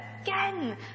again